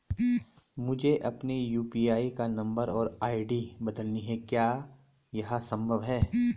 मुझे अपने यु.पी.आई का नम्बर और आई.डी बदलनी है क्या यह संभव है?